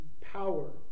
power